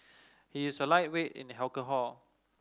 he is a lightweight in the alcohol